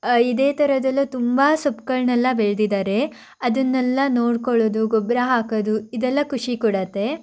ಇದೇ ಥರದ್ದೆಲ್ಲ ತುಂಬ ಸೊಪ್ಪುಗಳನ್ನೆಲ್ಲ ಬೆಳ್ದಿದ್ದಾರೆ ಅದನ್ನೆಲ್ಲ ನೋಡ್ಕೊಳ್ಳೋದು ಗೊಬ್ಬರ ಹಾಕೋದು ಇದೆಲ್ಲ ಖುಷಿ ಕೊಡತ್ತೆ